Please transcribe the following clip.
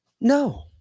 no